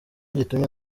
gitumye